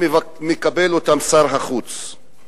ושר החוץ מקבל אותם.